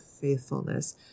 faithfulness